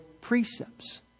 precepts